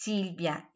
Silvia